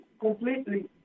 completely